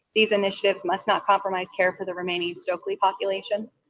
these initiatives must not compromise care for the remaining stockley population.